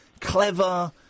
clever